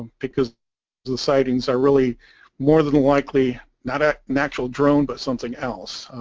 because the sightings are really more than likely not ah an actual drone but something else,